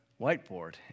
whiteboard